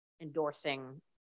endorsing